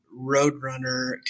Roadrunner